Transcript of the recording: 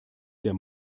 der